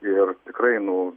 ir tikrai nu